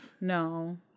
No